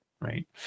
Right